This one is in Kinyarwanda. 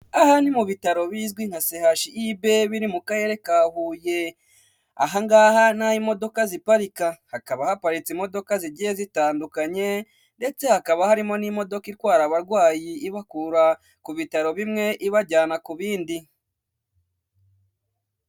Aha ni mu bitaro bizwi nka CHUB biri mu Karere ka Huye, aha ngaha ni aho imodoka ziparika, hakaba haparitse imodoka zigiye zitandukanye ndetse hakaba harimo n'imodoka zitwara abarwayi ibakura ku bitaro bimwe ibajyana ku bindi.